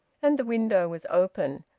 and the window was open.